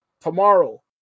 tomorrow